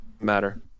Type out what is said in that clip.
matter